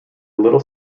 little